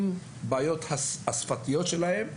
עם הבעיות השפתיות שלהם,